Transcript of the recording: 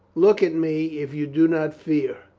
look at me if you do not fear.